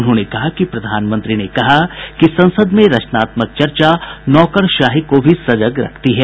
उन्होंने कहा कि प्रधानमंत्री ने कहा कि संसद में रचनात्मक चर्चा नौकरशाही को भी सजग रखती है